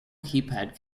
keypad